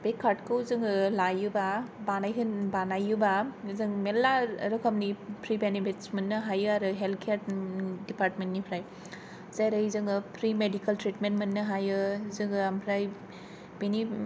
बे कार्दखौ जोङो लायोबा बानायोबा जों मेरला रोखोमनि फ्रि बेनिफिदस मोननो हायो आरो हेल्द केयार नि दिफादमेन्दनिफ्राय जेरै जोङो फ्रि मेडिकेल ट्रेदमेन्द मोनो हायो जोङो आमफ्राय बिनि